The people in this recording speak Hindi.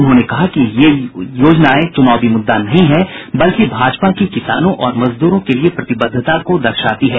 उन्होंने कहा कि ये योजनाएं चुनावी मुद्दा नहीं है बल्कि भाजपा की किसानों और मजदूरों के लिए प्रतिबद्धता को दर्शाती है